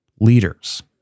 leaders